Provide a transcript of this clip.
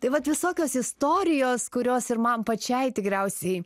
tai vat visokios istorijos kurios ir man pačiai tikriausiai